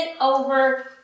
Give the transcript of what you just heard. over